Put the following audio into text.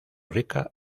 rica